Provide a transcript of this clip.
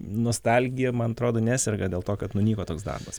nostalgija man atrodo neserga dėl to kad nunyko toks darbas